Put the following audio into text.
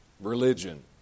religion